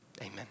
Amen